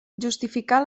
justificar